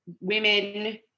women